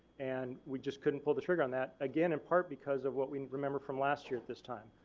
and we just couldn't pull the trigger on that again, in part, because of what we remember from last year at this time.